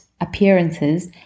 appearances